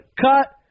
cut